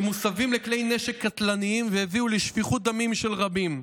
שמוסבים לכלי נשק קטלניים והביאו לשפיכות דמים של רבים,